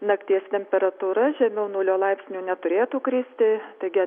nakties temperatūra žemiau nulio laipsnių neturėtų kristi taigi